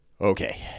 Okay